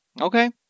Okay